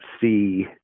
see